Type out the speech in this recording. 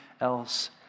else